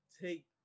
take